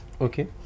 okay